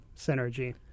synergy